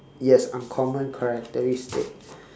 yes uncommon characteristic